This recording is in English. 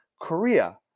Korea